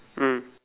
mm